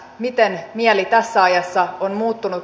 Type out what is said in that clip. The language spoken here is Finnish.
miten mieli tässä ajassa on muuttunut